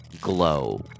glow